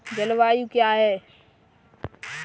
जलवायु क्या है?